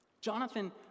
Jonathan